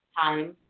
time